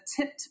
tipped